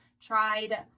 tried